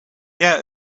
yeah